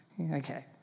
Okay